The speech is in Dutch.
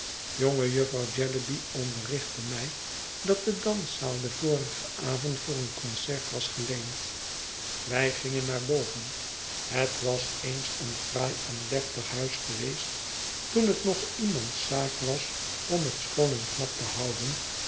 jonge jufvrouw jellyby onderrichtte mij dat de danszaal den vorigen avond voor een concert was geleend wij gingen naar boven het was eens een fraai en deftig huis geweest toen het nog iemands zaak was om het sch on en knap te houden